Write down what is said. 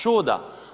Čuda.